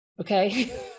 okay